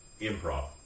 improv